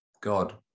God